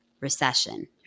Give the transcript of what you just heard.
recession